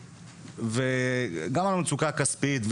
גם על המצוקה הכספית,